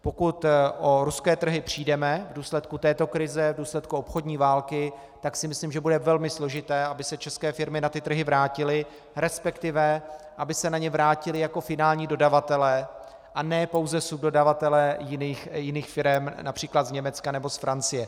Pokud o ruské trhy přijdeme v důsledku této krize, v důsledku obchodní války, tak si myslím, že bude velmi složité, aby se české firmy na ty trhy vrátily, respektive aby se na ně vrátili jako finální dodavatelé, a ne pouze subdodavatelé jiných firem, například z Německa nebo z Francie.